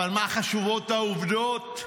אבל מה חשובות העובדות,